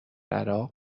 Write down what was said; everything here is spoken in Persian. عراق